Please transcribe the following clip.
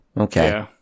okay